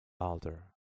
Alder